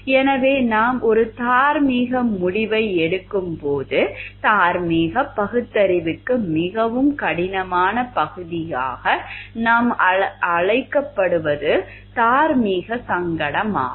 எனவே நாம் ஒரு தார்மீக முடிவை எடுக்கும்போது தார்மீக பகுத்தறிவுக்கு மிகவும் கடினமான பகுதியாக நாம் அழைக்கப்படுவது தார்மீக சங்கடமாகும்